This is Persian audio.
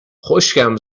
خشکم